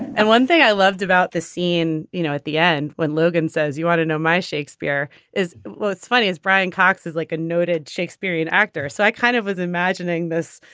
and one thing i loved about this scene you know at the end when logan says you want to know my shakespeare is well it's funny as brian cox is like a noted shakespearean actor. so i kind of was imagining this.